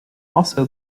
also